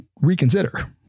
reconsider